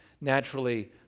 naturally